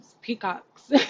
Peacocks